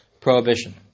prohibition